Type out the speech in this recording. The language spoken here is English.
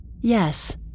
Yes